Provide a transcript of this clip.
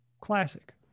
Classic